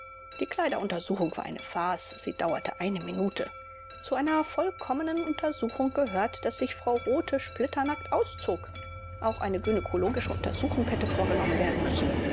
die kleideruntersuchung war eine farce sie dauerte eine minute zu einer vollkommenen untersuchung gehörte daß sich frau rothe splitternackt auszog auch eine gynäkologische untersuchung hätte vorgenommen werden müssen